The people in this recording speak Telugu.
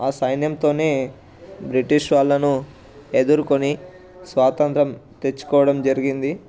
ఆ సైన్యంతోనే బ్రిటిష్ వాళ్ళను ఎదుర్కొని స్వాతంత్ర్యం తెచ్చుకోవడం జరిగింది